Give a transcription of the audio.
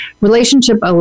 relationship